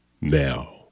Now